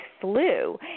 flu